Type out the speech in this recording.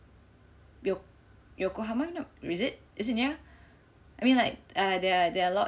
yok~ Yokohama no is it is it near I mean like err there there are lots